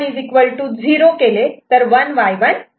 आणि जर C1 0 केले तर 1Y1 1 होते